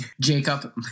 Jacob